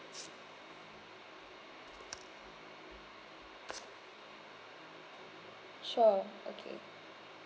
sure okay